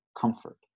comfort